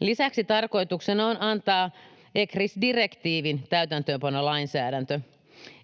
Lisäksi tarkoituksena on antaa ECRIS- direktiivin täytäntöönpanolainsäädäntö.